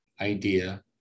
idea